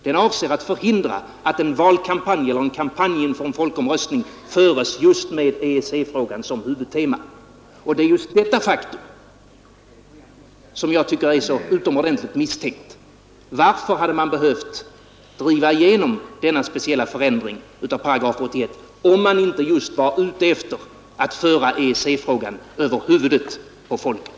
Det avser att förhindra att en kampanj inför en folkomröstning förs just med EEC-frågan såsom huvudtema, Detta faktum tycker jag är utomordentligt misstänkt: Varför hade man behövt driva igenom denna speciella förändring av 81 §, om man inte just var ute efter att föra EEC-frågan över huvudet på folket?